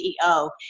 CEO